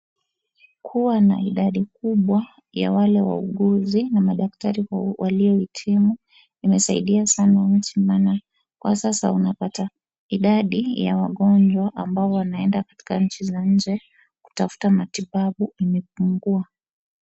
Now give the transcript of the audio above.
Kuwa na idadi kubwa ya wale wauguzi na madaktari waliohitimu imesaidia sana nchi maana kwa sasa unapata idadi ya wagonjwa ambao wanaenda katika nchi za nje kutafuta matibabu imepungua.